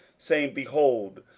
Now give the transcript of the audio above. saying, behold,